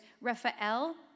Raphael